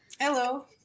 Hello